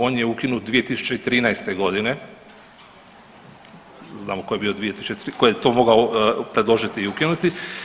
On je ukinut 2013. godine, znamo tko je bio 2013., tko je to mogao predložiti i ukinuti.